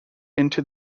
into